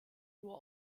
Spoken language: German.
nur